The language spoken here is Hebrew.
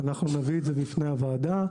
אנחנו נביא את זה לפני הוועדה,